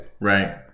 Right